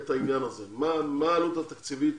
מה העלות התקציבית